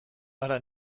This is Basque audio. hara